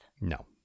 No